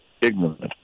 ignorant